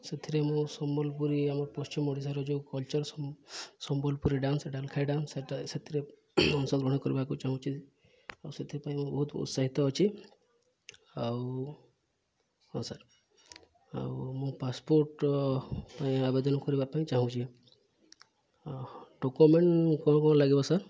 ସେଥିରେ ମୁଁ ସମ୍ବଲପୁରୀ ଆମର ପଶ୍ଚିମ ଓଡ଼ିଶାର ଯେଉଁ culture Sambalpuri dance Dalkhai dance ସେଟା ସେଥିରେ ଅଂଶଗ୍ରହଣ କରିବାକୁ ଚାହୁଁଛି ଆଉ ସେଥିପାଇଁ ମୁଁ ବହୁତ ଉତ୍ସାହିତ ଅଛି ଆଉ ହଁ ସାର୍ ଆଉ ମୁଁ ପାସପୋର୍ଟ ପାଇଁ ଆବେଦନ କରିବା ପାଇଁ ଚାହୁଁଛି ଡକ୍ୟୁମେଣ୍ଟ କ'ଣ କ'ଣ ଲାଗିବ ସାର୍